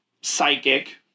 psychic